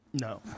No